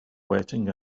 waiting